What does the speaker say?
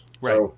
right